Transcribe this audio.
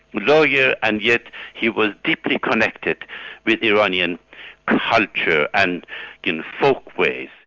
you know yeah and yet he was deeply connected with iranian culture and in folk ways.